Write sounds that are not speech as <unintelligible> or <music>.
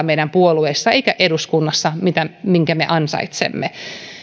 <unintelligible> meidän puolueissa eikä eduskunnassa sellaista sananvaltaa minkä me ansaitsemme